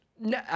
No